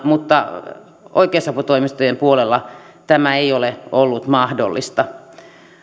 mutta oikeusaputoimistojen puolella tämä ei ole ollut mahdollista